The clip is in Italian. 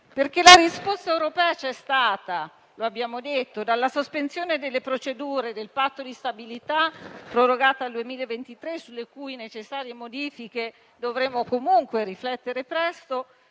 La risposta europea, come abbiamo detto, c'è stata; dalla sospensione delle procedure del patto di stabilità, prorogata al 2023, sulle cui necessarie modifiche dovremo comunque riflettere presto,